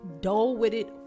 dull-witted